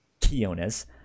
Kionis